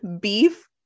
beef